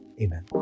Amen